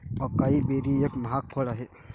acai berry एक महाग फळ आहे